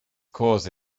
cause